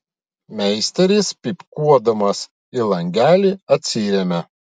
meisteris pypkiuodamas į langelį atsiremia